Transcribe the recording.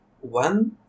one